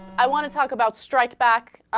i want to talk about strike back ah.